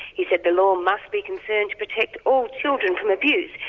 he said the law must be concerned to protect all children from abuse,